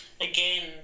again